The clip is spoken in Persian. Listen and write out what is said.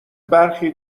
برخی